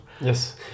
Yes